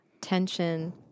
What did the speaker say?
tension